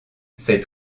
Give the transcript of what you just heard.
ces